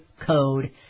code